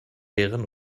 leeren